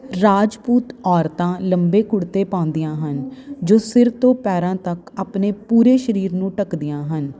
ਰਾਜਪੂਤ ਔਰਤਾਂ ਲੰਬੇ ਕੁੜਤੇ ਪਾਉਂਦੀਆਂ ਹਨ ਜੋ ਸਿਰ ਤੋਂ ਪੈਰਾਂ ਤੱਕ ਆਪਨੇ ਪੂਰੇ ਸਰੀਰ ਨੂੰ ਢੱਕਦੀਆਂ ਹਨ